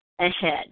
ahead